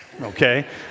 okay